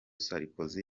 sarkozy